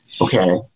Okay